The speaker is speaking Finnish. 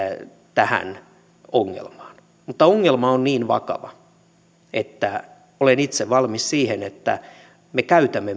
tähän ongelmaan mutta ongelma on niin vakava että olen itse valmis siihen että me käytämme